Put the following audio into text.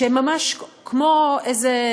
שהם ממש כמו איזה